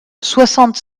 soixante